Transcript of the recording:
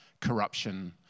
corruption